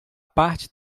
parte